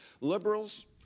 Liberals